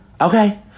okay